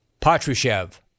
Patrushev